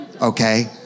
okay